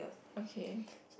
okay